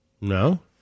No